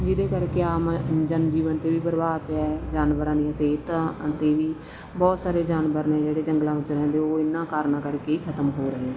ਜਿਹਦੇ ਕਰਕੇ ਆਮ ਜਨਜੀਵਨ 'ਤੇ ਵੀ ਪ੍ਰਭਾਵ ਪਿਆ ਜਾਨਵਰਾਂ ਦੀਆਂ ਸਿਹਤਾਂ 'ਤੇ ਵੀ ਬਹੁਤ ਸਾਰੇ ਜਾਨਵਰ ਨੇ ਜਿਹੜੇ ਜੰਗਲਾਂ ਵਿੱਚ ਰਹਿੰਦੇ ਉਹ ਇਹਨਾਂ ਕਾਰਨਾਂ ਕਰਕੇ ਹੀ ਖਤਮ ਹੋ ਰਹੇ